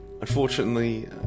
Unfortunately